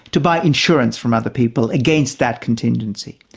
to buy insurance from other people against that contingency.